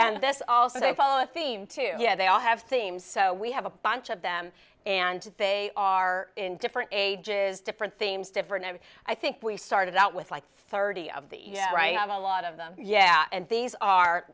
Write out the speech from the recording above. and this also they follow a theme to yeah they all have themes so we have a bunch of them and they are in different ages different themes different and i think we started out with like thirty of the writing of a lot of them yeah and these are